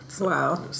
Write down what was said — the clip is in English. Wow